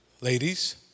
Ladies